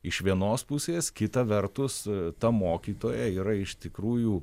iš vienos pusės kita vertus ta mokytoja yra iš tikrųjų